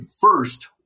first